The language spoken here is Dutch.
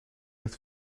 het